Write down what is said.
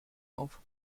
auf